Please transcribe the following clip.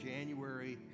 January